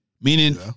Meaning